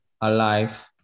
alive